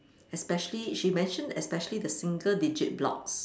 especially she mentioned especially the single digit blocks